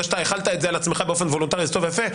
זה שאתה החלת את זה על עצמך באופן וולונטרי זה טוב ויפה,